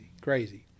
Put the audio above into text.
crazy